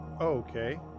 Okay